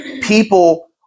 people